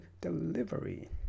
delivery